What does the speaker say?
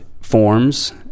Forms